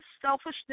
selfishness